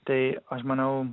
tai aš manau